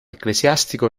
ecclesiastico